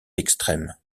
extrêmes